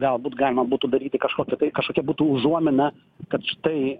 galbūt galima būtų daryti kažkokią tai kažkokia būtų užuomina kad štai